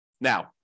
Now